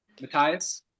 Matthias